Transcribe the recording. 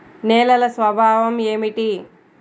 నేలల స్వభావం ఏమిటీ?